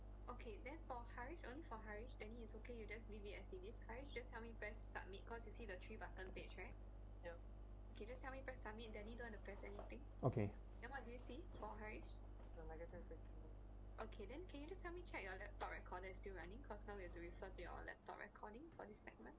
okay